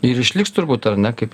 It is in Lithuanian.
ir išliks turbūt ar ne kaip